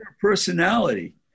personality